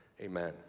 Amen